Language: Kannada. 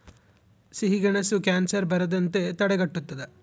ಸಿಹಿಗೆಣಸು ಕ್ಯಾನ್ಸರ್ ಬರದಂತೆ ತಡೆಗಟ್ಟುತದ